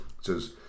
says